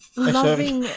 Loving